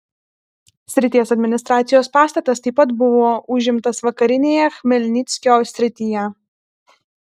srities administracijos pastatas taip pat buvo užimtas vakarinėje chmelnyckio srityje